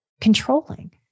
controlling